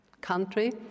country